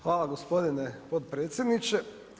Hvala gospodine potpredsjedniče.